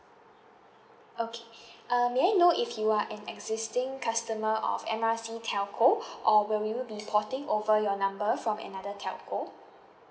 okay uh may I know if you are an existing customer of M R C telco or will you be porting over your number from another telco